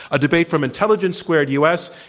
a debate from intelligence squared u. s.